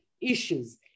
issues